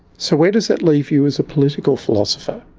so where does that leave you as a political philosopher?